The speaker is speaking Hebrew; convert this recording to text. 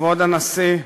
כבוד הנשיא,